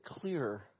clearer